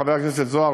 חבר הכנסת זוהר,